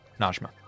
Najma